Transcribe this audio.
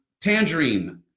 tangerine